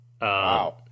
Wow